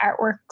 artworks